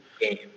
game